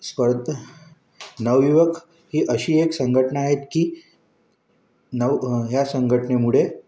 स्पर्धा नवयुवक ही अशी एक संघटना आहे की नव ह्या संघटनेमुळे